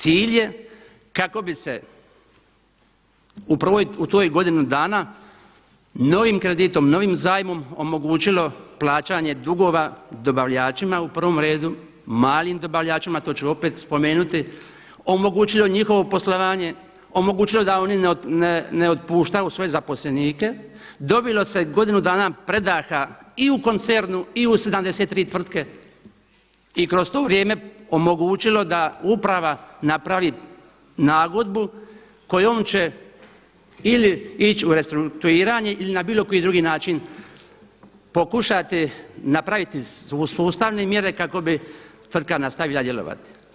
Cilj je kako bi se u prvoj, u toj godini dana novim kreditom, novim zajmom omogućilo plaćanje dugova dobavljačima, prvom redu malim dobavljačima, to ću opet spomenuti, omogućilo njihovo poslovanje, omogućilo da oni ne otpuštaju svoje zaposlenike, dobilo se godinu dana predaha i u koncernu i u 73 tvrtke i kroz to vrijeme omogućilo da uprava napravi nagodbu kojom će ili ići u restrukturiranje ili na bilo koji drugi način pokušati napraviti sustavne mjere kako bi tvrtka nastavila djelovati.